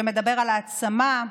שמדבר על העצמה,